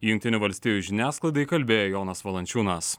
jungtinių valstijų žiniasklaidai kalbėjo jonas valančiūnas